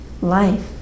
life